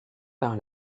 par